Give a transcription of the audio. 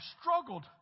struggled